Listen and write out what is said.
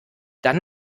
dann